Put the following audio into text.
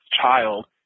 child